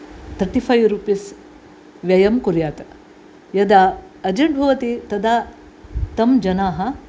thirty five rupees व्ययम् कुर्यात् यदा अर्जण्ट् भवति तदा तं जनाः